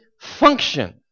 function